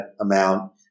amount